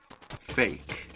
fake